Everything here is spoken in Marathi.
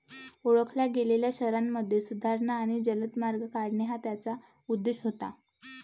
ओळखल्या गेलेल्या शहरांमध्ये सुधारणा आणि जलद मार्ग काढणे हा त्याचा उद्देश होता